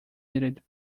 needed